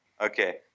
Okay